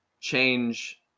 change